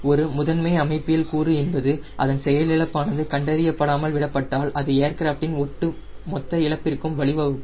ஒரு முதன்மை அமைப்பியல் கூறு என்பது அதன் செயல் இழப்பானது கண்டறியப்படாமல் விடப்பட்டால் அது ஏர்கிராஃப்டின் மொத்த இழப்பிற்கும் வழிவகுக்கும்